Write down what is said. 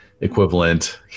equivalent